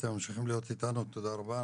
אתם ממשיכים להיות איתנו, תודה רבה.